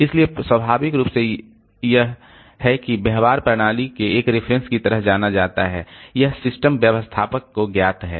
इसलिए स्वाभाविक रूप से यह है कि व्यवहार प्रणाली के एक रेफरेंस के तरह जाना जाता है यह सिस्टम व्यवस्थापक को ज्ञात है